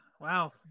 Wow